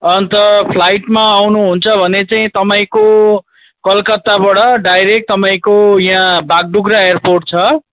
अन्त फ्लाइटमा आउनु हुन्छ भने चाहिँ तपाईँको कतकत्ताबाट डाइरेक्ट तपाईँको यहाँ बागडोग्रा एयरपोर्ट छ